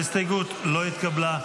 ההסתייגות לא התקבלה.